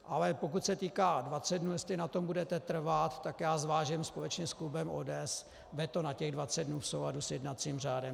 Ale pokud se týká dvaceti dnů, jestli na tom budete trvat, tak zvážím společně s klubem ODS veto na těch dvacet dnů v souladu s jednacím řádem.